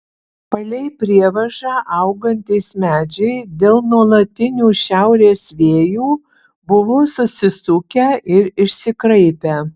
palei prievažą augantys medžiai dėl nuolatinių šiaurės vėjų buvo susisukę ir išsikraipę